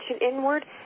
inward